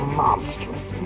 monstrous